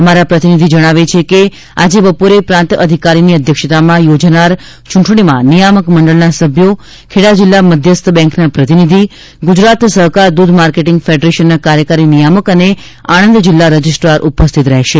અમારા પ્રતિનિધિ જણાવે છે કે આજે બપોરે પ્રાંત અધિકારીની અધ્યક્ષતામાં યોજાનાર ચૂંટણીમાં નિયામક મંડળના સભ્યો ખેડા જિલ્લા મધ્યસ્થ બેન્કના પ્રતિનિધિ ગુજરાત સહકાર દૂધ માર્કેટિંગ ફેડરેશનના કાર્યકારી નિયામક અને આણંદ જિલ્લા રજિસ્ટ્રાર ઉપસ્થિત રહેશે